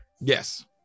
Yes